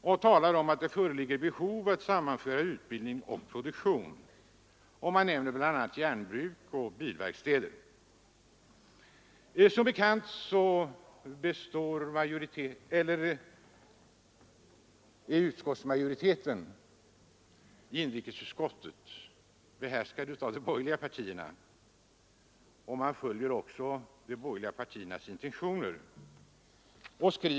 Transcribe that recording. Man talar om att det föreligger behov av att sammanföra utbildning och produktion och nämner bl.a. järnbruk och bilverkstäder. Som bekant utgörs majoriteten i inrikesutskottet numera av de borgerliga partiernas representanter, och majoriteten följer också borgerliga intentioner.